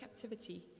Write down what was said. captivity